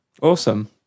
awesome